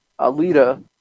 Alita